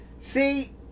See